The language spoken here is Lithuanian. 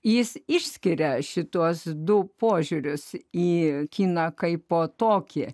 jis išskiria šituos du požiūrius į kiną kaipo tokį